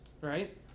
right